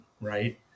right